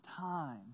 time